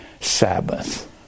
Sabbath